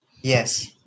Yes